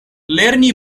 lerni